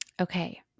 Okay